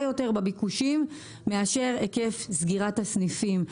יותר בביקושים מאשר היקף סגירת הסניפים.